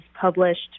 published